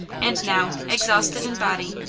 and now, exhausted in body,